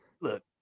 Look